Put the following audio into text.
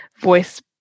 voice